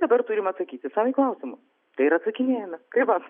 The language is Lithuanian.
dabar turim atsakyti sau į klausimus tai ir atsakinėjame tai va